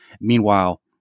Meanwhile